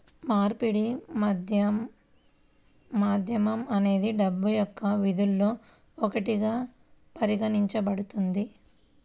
మార్పిడి మాధ్యమం అనేది డబ్బు యొక్క విధుల్లో ఒకటిగా పరిగణించబడుతుంది